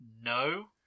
No